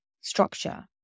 structure